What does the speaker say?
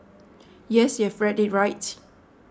yes you've read it right